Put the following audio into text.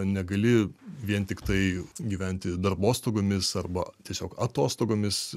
negali vien tiktai gyventi darbostogomis arba tiesiog atostogomis